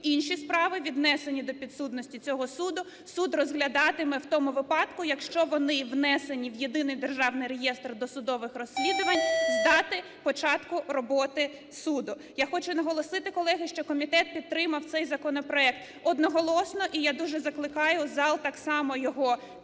інші справи, віднесені до підсудності цього суду, суд розглядатиме в тому випадку, якщо вони внесені в Єдиний державний реєстр досудових розслідувань з дати початку роботи суду. Я хочу наголосити, колеги, що комітет підтримав цей законопроект одноголосно. І я дуже закликаю зал так само його